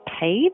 paid